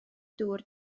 dŵr